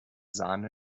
sahne